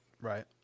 Right